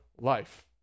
life